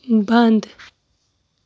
بنٛد